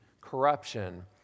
corruption